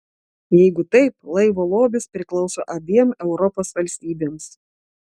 jeigu taip laivo lobis priklauso abiem europos valstybėms